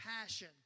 passion